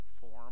form